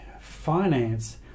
finance